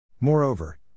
Moreover